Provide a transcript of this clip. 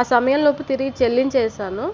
ఆ సమయంలోపు తిరిగి చెల్లించేశాను